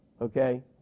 okay